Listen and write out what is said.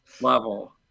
level